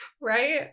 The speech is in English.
Right